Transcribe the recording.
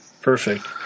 Perfect